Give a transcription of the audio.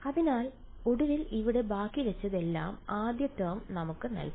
അതിനാൽ ഒടുവിൽ ഇവിടെ ബാക്കിവെച്ചതെല്ലാം ആദ്യ ടേം നമുക്ക് നൽകി